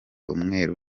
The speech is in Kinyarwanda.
umweru